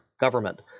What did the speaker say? government